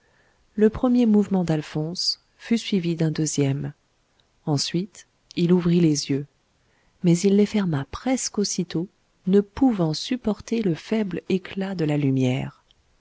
le premier mouvement d'alphonse fut suivi d'un deuxième ensuite il ouvrit les yeux mais il les ferma presque aussitôt ne pouvant supporter le faible éclat de la lumière